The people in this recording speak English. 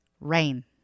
rain